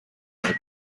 make